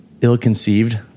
ill-conceived